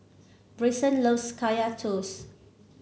Bryson loves Kaya Toast